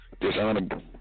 dishonorable